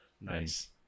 nice